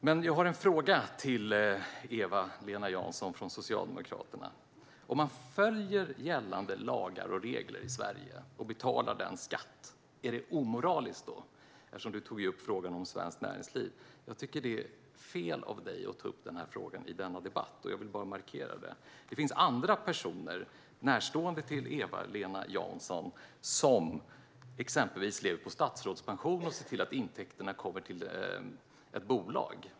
Men jag har en fråga till Eva-Lena Jansson från Socialdemokraterna: Om man följer gällande lagar och regler i Sverige och betalar sin skatt, är det då omoraliskt? Du tog ju upp frågan om Svenskt Näringsliv. Jag tycker att det är fel av dig att ta upp den frågan i denna debatt, och jag vill bara markera det. Det finns andra personer, närstående till Eva-Lena Jansson, som exempelvis lever på statsrådspension och ser till att intäkterna kommer till ett bolag.